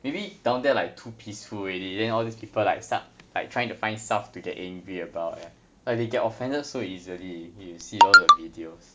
maybe down there like too peaceful already then all these people like start like trying to find stuff to get angry about ya like they get offended so easily you see all the videos